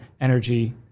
energy